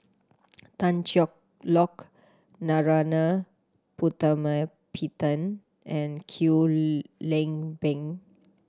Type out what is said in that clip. Tan Cheng Lock Narana Putumaippittan and Kwek Leng Beng